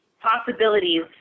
possibilities